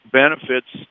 benefits